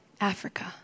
Africa